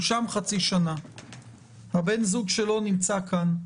הוא שם חצי שנה ובן הזוג שלו נמצא כאן.